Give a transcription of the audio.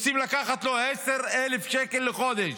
רוצים לקחת לו 10,000 שקל לחודש.